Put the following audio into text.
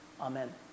Amen